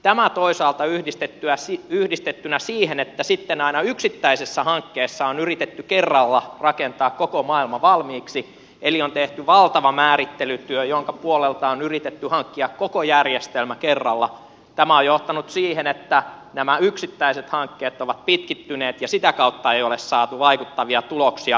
tämä toisaalta yhdistettynä siihen että sitten aina yksittäisessä hankkeessa on yritetty kerralla rakentaa koko maailma valmiiksi eli on tehty valtava määrittelytyö jonka puolelta on yritetty hankkia koko järjestelmä kerralla on johtanut siihen että nämä yksittäiset hankkeet ovat pitkittyneet ja sitä kautta ei ole saatu vaikuttavia tuloksia